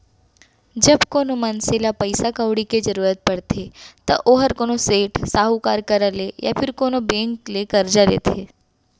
जब कोनो मनसे ल पइसा कउड़ी के जरूरत परथे त ओहर कोनो सेठ, साहूकार करा ले या फेर कोनो बेंक ले करजा लेथे